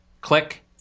click